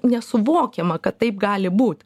nesuvokiama kad taip gali būt